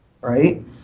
right